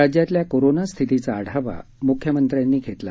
राज्यातल्या कोरोना स्थितीचा आढावा मुख्यमंत्र्यांनी घेतला